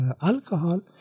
alcohol